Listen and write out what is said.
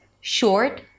Short